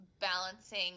balancing